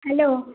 hello